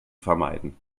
vermeiden